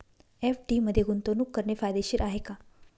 FD मध्ये गुंतवणूक करणे फायदेशीर आहे का?